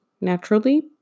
naturally